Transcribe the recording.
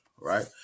right